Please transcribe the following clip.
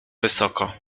wysoko